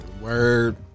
Word